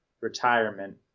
Retirement